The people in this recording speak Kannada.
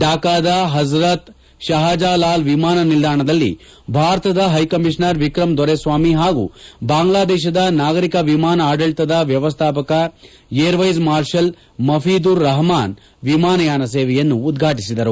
ಥಾಕಾದ ಹರ್ಝತ್ ಷಹಜಾಲಾಲ್ ವಿಮಾನ ನಿಲ್ದಾಣದಲ್ಲಿ ಭಾರತದ ಹೈಕಮಿಷನರ್ ವಿಕ್ರಮ್ ದೊರೆಸ್ವಾಮಿ ಹಾಗೂ ಬಾಂಗ್ಲಾದೇಶದ ನಾಗರಿಕ ವಿಮಾನ ಆದಳಿತದ ವ್ಯವಸ್ಥಾಪಕ ಏರ್ವೈಸ್ ಮಾರ್ಷಲ್ ಮಫಿದೂರ್ ರಹಮಾನ್ ವಿಮಾನಯಾನ ಸೇವೆಯನ್ನು ಉದ್ವಾಟಿಸಿದರು